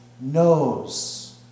knows